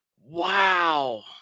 Wow